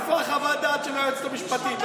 איפה חוות הדעת של היועצת המשפטית?